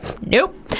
nope